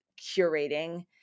curating